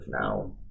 now